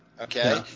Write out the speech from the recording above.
okay